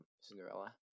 Cinderella